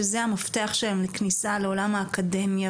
שזה המפתח שלהם לכניסה לעולם האקדמיה,